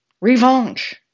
Revenge